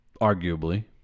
Arguably